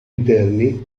interni